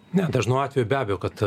ne dažnu atveju be abejo kad